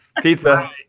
pizza